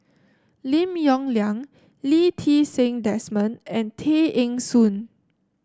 Lim Yong Liang Lee Ti Seng Desmond and Tay Eng Soon